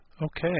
Okay